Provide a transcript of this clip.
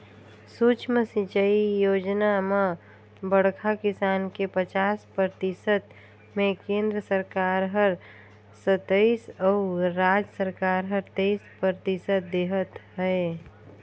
सुक्ष्म सिंचई योजना म बड़खा किसान के पचास परतिसत मे केन्द्र सरकार हर सत्तइस अउ राज सरकार हर तेइस परतिसत देहत है